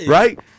Right